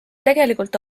tegelikult